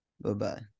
Bye-bye